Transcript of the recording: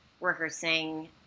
rehearsing